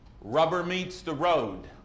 rubber-meets-the-road